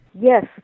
Yes